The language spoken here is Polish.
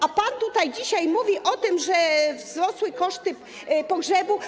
A pan tutaj dzisiaj mówi o tym, że wzrosły koszty pogrzebu.